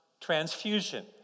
transfusion